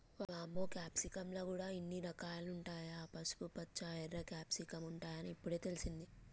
వామ్మో క్యాప్సికమ్ ల గూడా ఇన్ని రకాలుంటాయా, పసుపుపచ్చ, ఎర్ర క్యాప్సికమ్ ఉంటాయని ఇప్పుడే తెలిసింది